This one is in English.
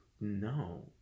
No